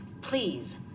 please